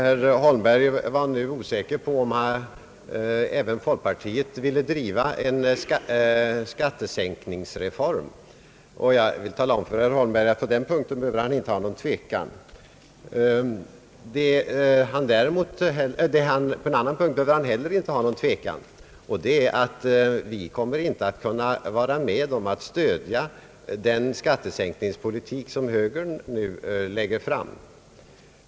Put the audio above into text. Herr Holmberg var osäker på om även folkpartiet ville driva en skattesänkningsreform. På den punkten behöver han inte vara tveksam. Han behöver inte heller hysa någon tvekan på en annan punkt, nämligen att vi inte kommer att kunna vara med om att stödja den skattesänkningspolitik som högern nu förordar.